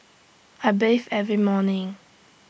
I bathe every morning